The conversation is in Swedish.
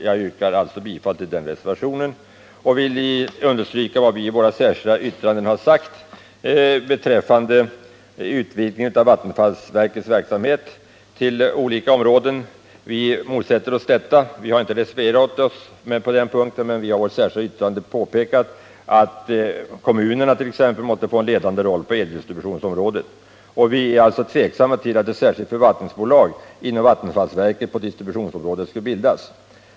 Jag yrkar bifall till den reservationen och vill understryka vad vi i vårt särskilda yttrande har sagt beträffande utvidgningen av vattenfallsverkets verksamhet på olika områden. Vi motsätter oss en sådan utvidgning. Vi har inte reserverat oss på den punkten men har i vårt särskilda yttrande påpekat att t.ex. kommunerna måste få en ledande roll på eldistributionsområdet. Vi är alltså tveksamma till att ett särskilt förvaltningsbolag på distributionsområdet skall bildas inom vattenfallsverket.